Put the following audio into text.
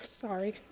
Sorry